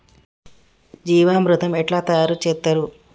జీవామృతం ఎట్లా తయారు చేత్తరు?